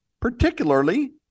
particularly